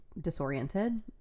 disoriented